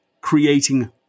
creating